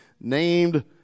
named